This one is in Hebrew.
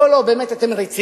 לא, לא, באמת, אתם רציניים?